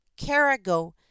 Carago